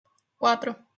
cuatro